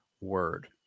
word